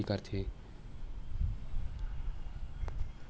जब जब सरकार ल पइसा के जादा जरुरत पड़थे कोनो बड़का काम बर ओ बेरा म बांड जारी करथे